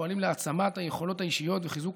פועלים להעצמת היכולות האישיות וחיזוק